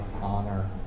honor